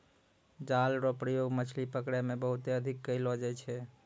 जाल रो प्रयोग मछली पकड़ै मे बहुते अधिक करलो जाय छै